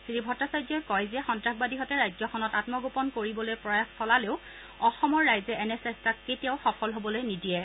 শ্ৰী ভট্টাচাৰ্যই কয় যে সন্নাসবাদীহতে ৰাজ্যখনত আন্মগোপন কৰিবলৈ প্ৰয়াস চলালেও অসমৰ ৰাইজে এনে চেষ্টাক কেতিয়াও সফল হ'বলৈ নিদিয়ে